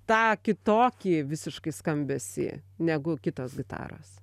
tą kitokį visiškai skambesį negu kitos gitaros